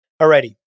Alrighty